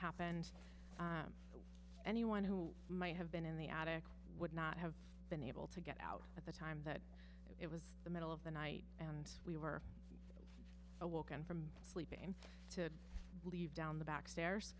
happened anyone who might have been in the attic would not have been able to get out at the time that it was the middle of the night and we were awoken from sleeping to leave down the back stairs